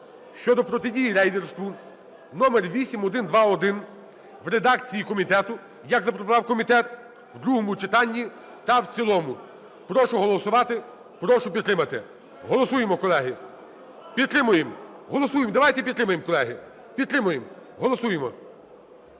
щодо протидії рейдерству (№ 8121) в редакції комітету, як запропонував комітет, в другому читанні та в цілому. Прошу голосувати. Прошу підтримати. Голосуємо, колеги. Підтримуємо. Голосуємо. Давайте підтримаємо, колеги. Підтримуємо! Голосуємо.